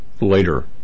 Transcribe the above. Later